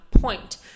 point